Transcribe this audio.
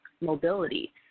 mobility